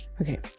Okay